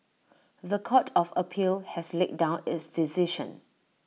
The Court of appeal has laid down its decision